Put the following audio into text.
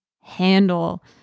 handle